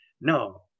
No